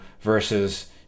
versus